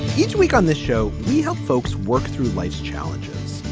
each week on this show, we help folks work through life's challenges,